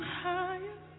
higher